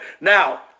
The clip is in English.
Now